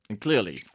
Clearly